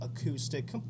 acoustic